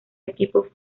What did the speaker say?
equipo